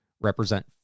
represent